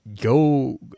go